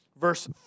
verse